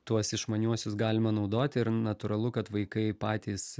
tuos išmaniuosius galima naudoti ir natūralu kad vaikai patys